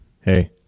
Hey